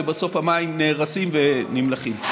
ובסוף המים נהרסים ונמלחים.